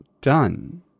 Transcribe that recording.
done